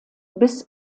bis